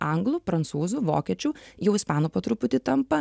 anglų prancūzų vokiečių jau ispanų po truputį tampa